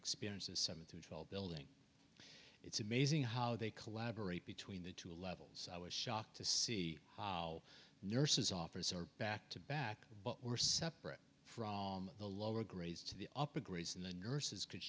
experienced a seven through twelve building it's amazing how they collaborate between the two levels i was shocked to see how nurses officer back to back were separate from the lower grades to the upper grades and the nurses could